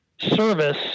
service